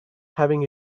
having